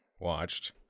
watched